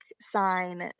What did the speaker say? sign